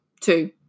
two